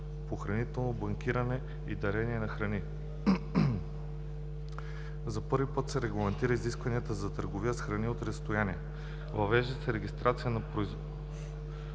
по хранително банкиране и дарения на храни. За първи път се регламентират изискванията за търговия с храни от разстояние. Въвежда се регистрация на превозните